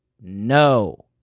no